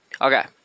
Okay